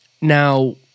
Now